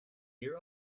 hear